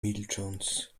milcząc